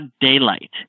daylight